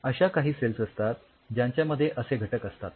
अश्या काही सेल्स असतात ज्यांच्यामध्ये असे घटक असतात